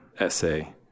essay